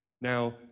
Now